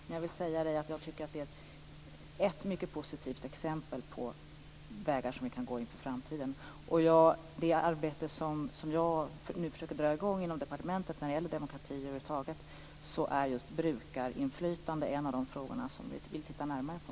Men jag vill säga att jag tycker att det är ett mycket positivt exempel på en väg som vi kan gå i framtiden. I det arbete när det gäller demokrati som jag nu försöker dra i gång inom departementet är just brukarinflytande en av de frågor som vi vill titta närmare på.